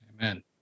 Amen